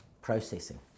processing